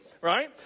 right